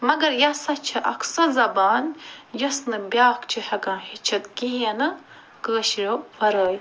مگر یہِ ہسا چھِ اَکھ سۄ زبان یۄس نہٕ بیٛاکھ چھُ ہیٚکان ہیٚچِتھ کِہیٖنۍ نہٕ کٲشِریٛو ورٲے